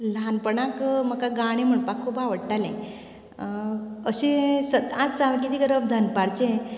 ल्हानपणांत म्हाका गाणे म्हणपाक खूब आवडटाले अशें सदांच हांवें कितें करप दनपारचें